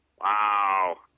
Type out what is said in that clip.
Wow